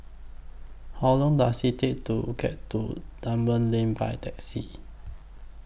How Long Does IT Take to get to Dunman Lane By Taxi